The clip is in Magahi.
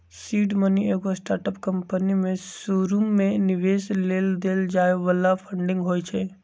सीड मनी एगो स्टार्टअप कंपनी में शुरुमे निवेश लेल देल जाय बला फंडिंग होइ छइ